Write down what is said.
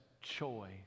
choice